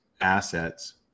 assets